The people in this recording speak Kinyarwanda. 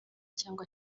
cyangwa